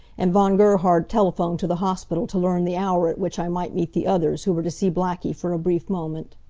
and von gerhard telephoned to the hospital to learn the hour at which i might meet the others who were to see blackie for a brief moment.